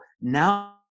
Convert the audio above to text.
now